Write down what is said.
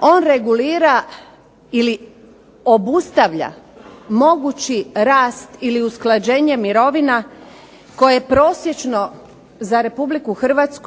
On regulira, ili obustavlja, mogući rast ili usklađenje mirovina koje prosječno za RH